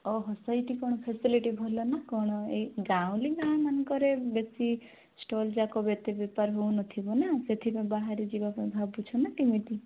ଓହଃ ସେଇଠି କ'ଣ ଫ୍ୟାସିଲିଟି ଭଲ ନା କ'ଣ ଏଇ ଗାଉଁଲି ଗାଁ ମାନଙ୍କରେ ବେଶୀ ଷ୍ଟଲ୍ ଯାକ ଏତେ ବେପାର ହେଉନଥିବ ନା ସେଥିପାଇଁ ବାହାରେ ଯିବା ପାଇଁ ଭାବୁଛ ନା କେମିତି